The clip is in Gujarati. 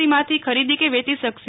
સીમાંથી ખરીદી કે વેચી શકશે